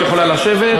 את יכולה לשבת,